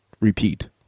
repeat